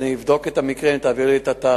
אני אבדוק את המקרה אם תעביר לי את התאריך,